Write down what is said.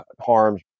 harms